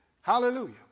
Hallelujah